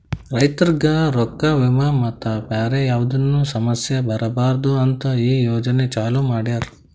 ರೈತುರಿಗ್ ರೊಕ್ಕಾ, ವಿಮಾ ಮತ್ತ ಬ್ಯಾರೆ ಯಾವದ್ನು ಸಮಸ್ಯ ಬರಬಾರದು ಅಂತ್ ಈ ಯೋಜನೆ ಚಾಲೂ ಮಾಡ್ಯಾರ್